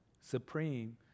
supreme